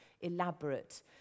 elaborate